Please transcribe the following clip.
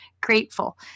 grateful